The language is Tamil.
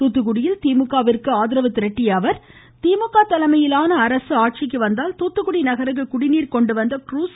தூத்துக்குடியில் திமுகவிற்கு திமுக தலைமையிலான அரசு ஆட்சிக்கு வந்தால் தூத்துக்குடி நகருக்கு குடிநீர் கொண்டுவந்த குரூஸ்